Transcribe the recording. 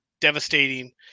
devastating